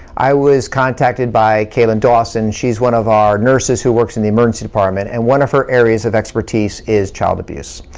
i was contacted by kaylin dawson, she's one of our nurses who works in the emergency department, and one of her areas of expertise is child abuse.